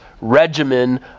regimen